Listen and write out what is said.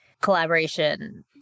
collaboration